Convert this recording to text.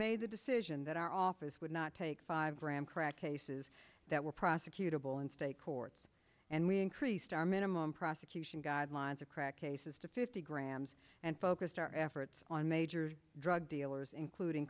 made the decision that our office would not take five gram crack aces that were prosecutable in state courts and we increased our minimum prosecution guidelines to crack a says to fifty grams and focused our efforts on major drug dealers including